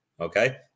Okay